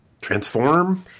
Transform